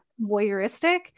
voyeuristic